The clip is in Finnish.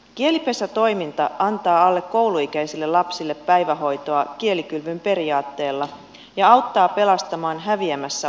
kielipesätoiminta antaa alle kouluikäisille lapsille päivähoitoa kielikylvyn periaatteella ja auttaa pelastamaan häviämässä olevat kielet